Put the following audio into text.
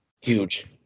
Huge